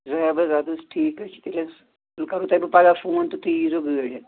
ہے اَدٕ حظ اَدٕ حظ ٹھیٖک حظ چھُ تیٚلہِ حظ تیٚلہِ کَرہو بہٕ تۄہہِ پگاہ فون تہٕ تُہۍ ییٖزیٚو گٲڑۍ ہٮ۪تھ